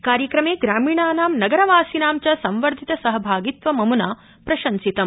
कार्यक्रमे ग्रामीणानां नगरवासिनां च संवर्धित सहभागित्वममुना प्रशंसितम्